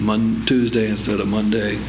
monday tuesday instead of monday